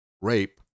rape